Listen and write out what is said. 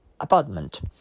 apartment